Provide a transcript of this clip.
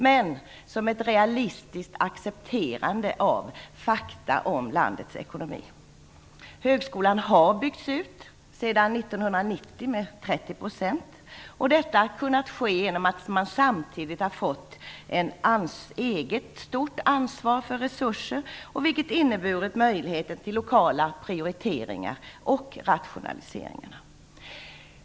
Men det är ett realistiskt accepterande av fakta om landets ekonomi. Högskolan har byggts ut, sedan 1990 med 30 %. Detta har kunnat ske genom att man samtidigt har fått ett stort eget ansvar för resurser. Det har inneburit möjligheter till lokala prioriteringar och rationaliseringar.